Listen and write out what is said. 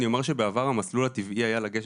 אני אומר שבעבר המסלול הטבעי היה ללכת